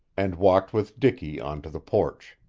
and walked with dicky on to the porch.